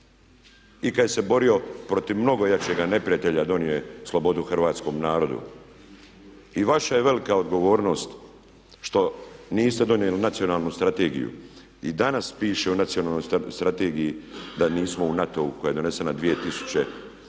I kad se borio protiv mnogo jačega neprijatelja donio je slobodu hrvatskom narodu. I vaša je velika odgovornost što niste donijeli Nacionalnu strategiju. I danas piše u Nacionalnoj strategiji da nismo u NATO-u koja je donesena 2002.